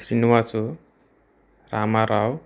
Srinivasu Ramarao